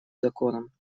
законом